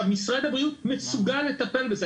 משרד הבריאות מסוגל לטפל בזה.